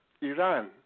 Iran